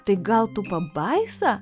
tai gal tu pabaisa